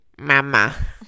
Mama